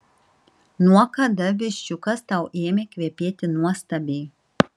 nuo kada viščiukas tau ėmė kvepėti nuostabiai